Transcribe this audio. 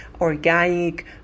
organic